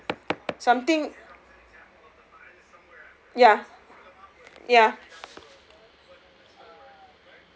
something ya ya